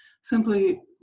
simply